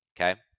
Okay